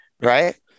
right